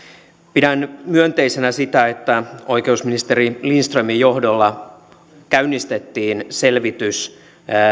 pidän myönteisenä sitä että oikeusministeri lindströmin johdolla käynnistettiin selvitys